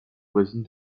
voisine